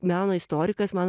meno istorikas man